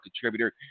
contributor